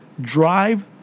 Drive